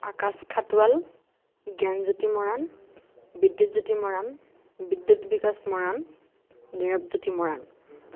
Akash Khatowal Gyanjyoti Moran Bidyutjyoti Moran Bidyut Bikash Moran Nirabjyoti Moran